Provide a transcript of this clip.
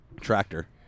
Tractor